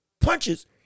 punches